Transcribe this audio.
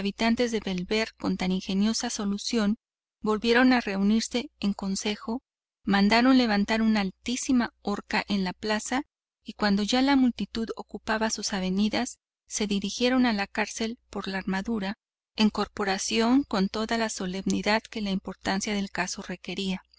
habitantes de bellver con tan ingeniosa solución volvieron a reunirse en consejo mandaron levantar una horca en la plaza y cuando ya la multitud ocupaba sus avenidas se dirigieron a la cárcel por las armas en corporación y con toda la solemnidad que la importancia del caso requería